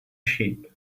sheep